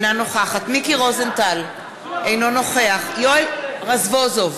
אינה נוכחת מיקי רוזנטל, אינו נוכח יואל רזבוזוב,